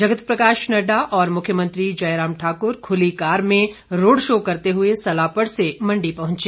जगत प्रकाश नड्डा और मुख्यमंत्री जयराम ठाकुर खुली कार में रोड़ शो करते हुए सलापड़ से मंडी पहुंचे